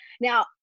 Now